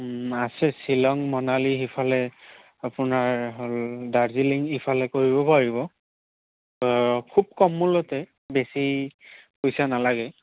আছে শ্বিলং মনালী সিফালে আপোনাৰ হ'ল দাৰ্জিলিং ইফালে কৰিব পাৰিব খুব কম মূলতে বেছি পইচা নালাগে